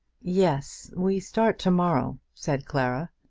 yes we start to-morrow, said clara.